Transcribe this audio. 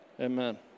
Amen